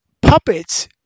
Puppets